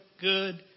good